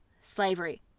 slavery